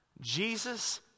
Jesus